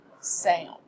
sound